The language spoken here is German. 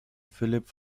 philipp